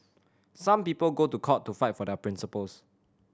some people go to court to fight for their principles